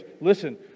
listen